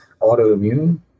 autoimmune